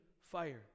fire